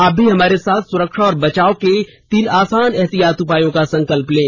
आप भी हमारे साथ सुरक्षा और बचाव के तीन आसान एहतियाती उपायों का संकल्प लें